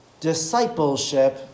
Discipleship